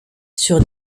sur